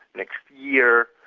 next year,